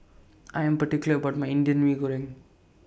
I Am particular about My Indian Mee Goreng